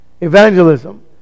Evangelism